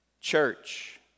Church